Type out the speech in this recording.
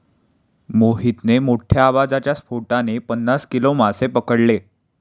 मोहितने मोठ्ठ्या आवाजाच्या स्फोटाने पन्नास किलो मासे पकडले